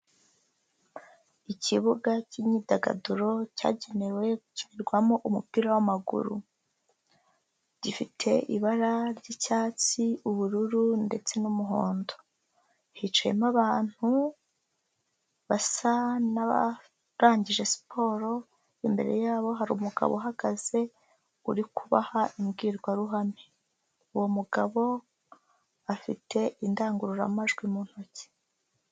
Ikibuga cy'imyidagaduro cyagenewe gukinirwamo umupira w'amaguru, gifite ibara ry'icyatsi ubururu, ndetse n'umuhondo, hicayemo abantu basa n'abarangije siporo, imbere yabo hari umugabo uhagaze uri kubaha imbwirwaruhame. Uwo mugabo afite indangururamajwi mu ntoki.